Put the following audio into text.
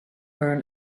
earn